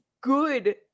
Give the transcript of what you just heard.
good